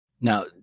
Now